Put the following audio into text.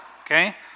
okay